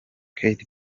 katy